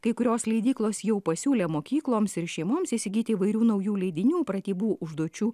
kai kurios leidyklos jau pasiūlė mokykloms ir šeimoms įsigyti įvairių naujų leidinių pratybų užduočių